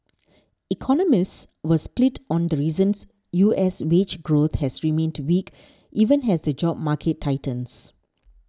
economists were split on the reasons U S wage growth has remained weak even has the job market tightens